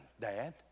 Dad